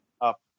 up